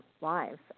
lives